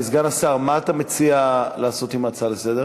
סגן השר, מה אתה מציע לעשות עם ההצעה לסדר-היום?